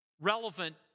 relevant